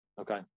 okay